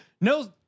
no